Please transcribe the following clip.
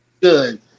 good